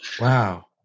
Wow